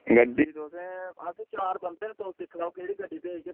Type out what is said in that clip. गड्डी अस चार बंदे न तुस दिक्खी लैओ केह्ड़ी गड्डी भेजगे